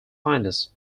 finest